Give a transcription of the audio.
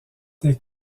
des